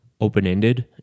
open-ended